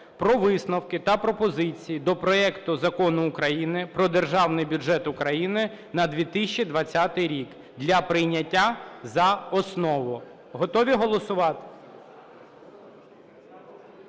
про висновки та пропозиції до проекту Закону України про Державний бюджет України на 2020 рік для прийняття за основу. Готові голосувати?